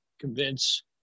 convince